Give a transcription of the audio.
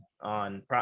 on